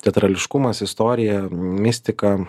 teatrališkumas istorija mistika